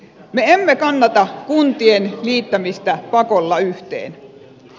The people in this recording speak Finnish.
me emme kannata kuntien liittämistä pakolla yhteen